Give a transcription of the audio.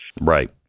Right